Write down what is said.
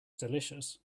delicious